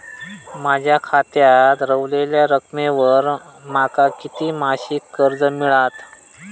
माझ्या खात्यात रव्हलेल्या रकमेवर माका किती मासिक कर्ज मिळात?